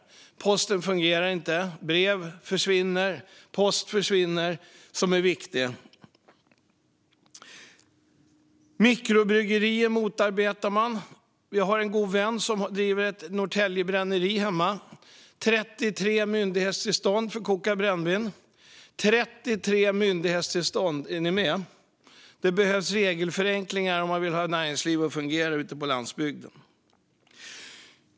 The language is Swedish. Den fungerar inte. Brev försvinner. Viktig post försvinner. Man motarbetar mikrobryggerier. Jag har en god vän som driver Norrtelje bränneri. Det krävs 33 myndighetstillstånd för att koka brännvin - 33 myndighetstillstånd - är ni med? Det behövs regelförenklingar om man vill ha ett näringsliv som fungerar ute på landsbygden.